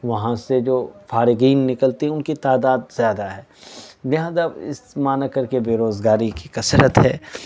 وہاں سے جو فارغین نکلتے ہیں ان کی تعداد زیادہ ہے لہٰذا اس معنی کر کے بےروزگاری کی کثرت ہے